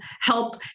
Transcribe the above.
help